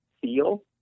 feel